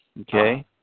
Okay